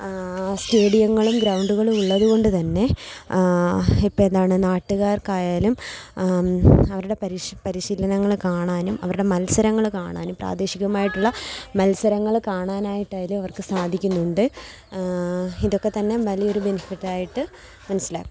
സ്റ്റേഡിയങ്ങളും ഗ്രൗണ്ടുകളും ഉള്ളതുകൊണ്ടു തന്നെ ഇപ്പോൾ എന്താണ് നാട്ടുകാർക്കായാലും അവരുടെ പരിശീലനങ്ങൽ കാണാനും അവരുടെ മത്സരങ്ങൾ കാണാനും പ്രാദേശികമായിട്ടുള്ള മത്സരങ്ങൾ കാണാനായിട്ടായാലും അവർക്ക് സാധിക്കുന്നുണ്ട് ഇതൊക്കെ തന്നെ വലിയൊരു ബെനിഫിറ്റായിട്ട് മനസ്സിലാക്കാം